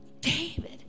David